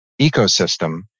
ecosystem